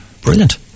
Brilliant